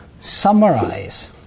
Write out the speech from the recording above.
summarize